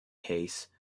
case